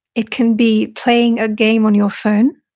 it can be playing a game on your phone.